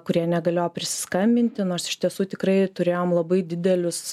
kurie negalėjo prisiskambinti nors iš tiesų tikrai turėjom labai didelius